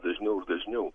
dažniau ir dažniau